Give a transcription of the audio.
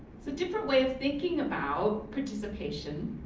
it's a different way of thinking about participation,